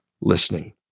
listening